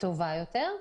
טובה יותר,